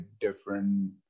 different